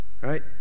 Right